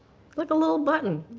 like a little button.